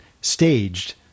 staged